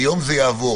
היום זה יעבור.